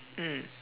mm